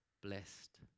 blessed